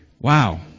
Wow